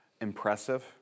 impressive